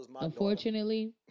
unfortunately